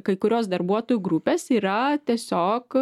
kai kurios darbuotojų grupės yra tiesiog